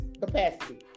capacity